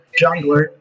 jungler